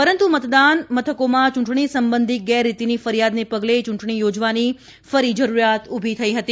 પરંતુ મતદાન મથકોમાં ચૂંટણી સંબંધી ગેરરીતીની ફરિયાદને પગલે ચૂંટણી યોજવાની જરૂરિયાત ઉભી થઇ હતી